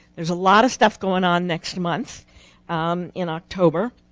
there's a lot of stuff going on next month um in october.